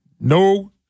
no